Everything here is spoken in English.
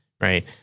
right